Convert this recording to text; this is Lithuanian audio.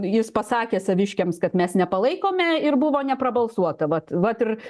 jis pasakė saviškiams kad mes nepalaikome ir buvo neprabalsuota vat vat ir